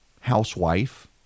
housewife